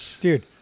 dude